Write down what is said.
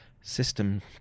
system